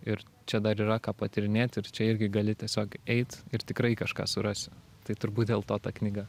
ir čia dar yra ką patyrinėt ir čia irgi gali tiesiog eit ir tikrai kažką surasi tai turbūt dėl to ta knyga